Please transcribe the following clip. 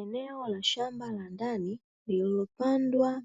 Eneo la shamba la ndani, lililopandwa